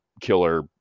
killer